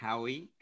Howie